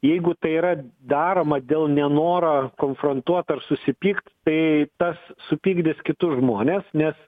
jeigu tai yra daroma dėl nenoro konfrontuot ar susipykt tai tas supykdys kitus žmones nes